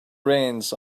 reins